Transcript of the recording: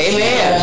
Amen